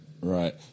Right